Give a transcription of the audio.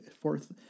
fourth